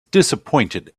disappointed